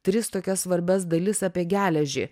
tris tokias svarbias dalis apie geležį